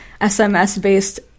SMS-based